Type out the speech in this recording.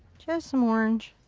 just some orange.